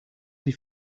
die